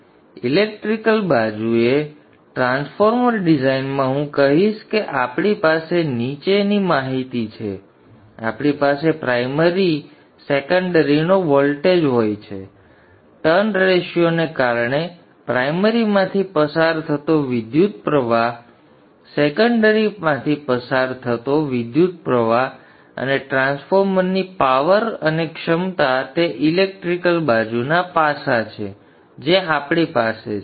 તેથી ઇલેક્ટ્રિકલ બાજુએ ટ્રાન્સફોર્મર ડિઝાઇનમાં હું કહીશ કે આપણી પાસે નીચેની માહિતી છે આપણી પાસે પ્રાઇમરી સેકન્ડરીનો વોલ્ટેજ હોય છે ટર્ન ગુણોત્તર ને કારણ પ્રાઇમરીમાંથી પસાર થતો વિદ્યુતપ્રવાહ સેકન્ડરીમાંથી પસાર થતો વિદ્યુતપ્રવાહ અને ટ્રાન્સફોર્મરની પાવર અને ક્ષમતા તે ઇલેક્ટ્રિકલ બાજુએ પાસાં છે જે આપણી પાસે છે